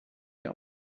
him